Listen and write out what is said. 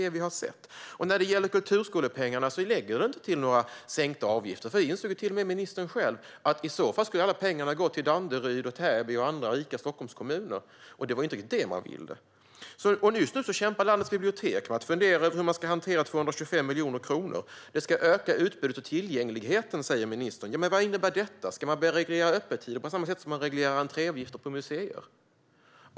När det gäller kulturskolepengarna har det inte lett till sänkta avgifter. Det tillstod ministern själv, för i så fall skulle alla pengarna gå till Danderyd, Täby och andra rika Stockholmskommuner - och det var ju inte det man ville. Nu kämpar landets bibliotek med hur man ska hantera 225 miljoner kronor. Det ska öka utbudet och tillgängligheten, säger ministern. Vad innebär det? Ska man börja reglera öppettider på samma sätt som man reglerar entréavgifter på museer?